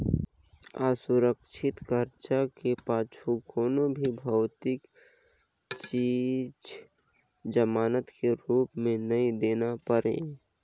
असुरक्छित करजा के पाछू कोनो भी भौतिक चीच जमानत के रूप मे नई देना परे